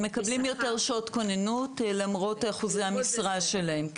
הם מקבלים יותר שעות כוננות למרות אחוזי המשרה שלהם.